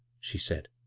she said.